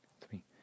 three